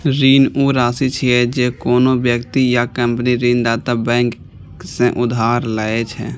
ऋण ऊ राशि छियै, जे कोनो व्यक्ति या कंपनी ऋणदाता बैंक सं उधार लए छै